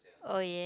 oh yeah